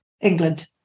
England